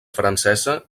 francesa